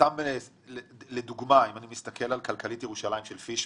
אם אני מסתכל על כלכלית ירושלים של פישמן,